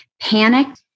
panicked